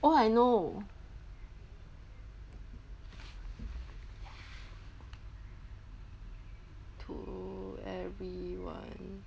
oh I know to everyone